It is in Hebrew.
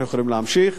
אנחנו יכולים להמשיך,